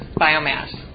biomass